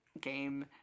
game